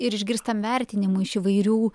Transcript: ir išgirstam vertinimų iš įvairių